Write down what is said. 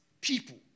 people